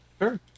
Sure